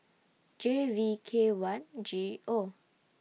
J V K one G O